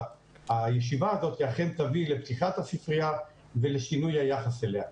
שהישיבה הזאת אכן תביא לפתיחת הספרייה ולשינוי היחס אליה,